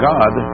God